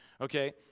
Okay